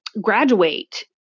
graduate